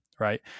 right